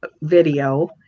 video